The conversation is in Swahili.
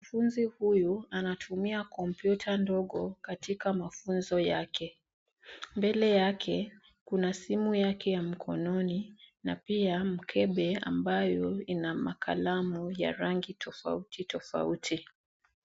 Mwanafunzi huyu anatumia kompyuta ndogo katika mafunzo yake. Mbele yake kuna simu yake ya mkononi na pia mkebe ambayo ina makalamu ya rangi tofauti tofauti.